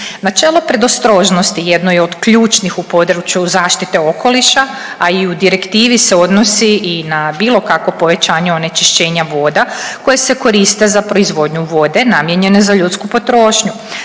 Načelo predostrožnosti jednoj od ključnih u području zaštite okoliša, a i u direktivi se odnosi i na bilo kakvo povećanje onečišćenja vode koje se koriste za proizvodnju vode namijenjene za ljudsku potrošnju.